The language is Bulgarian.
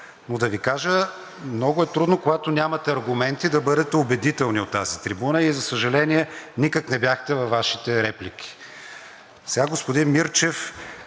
но да Ви кажа, много е трудно, когато нямате аргументи, да бъдете убедителни от тази трибуна и за съжаление, никак не бяхте във Вашите реплики.